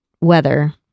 Weather